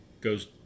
Goes